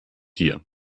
dir